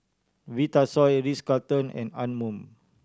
Vitasoy Ritz Carlton and Anmum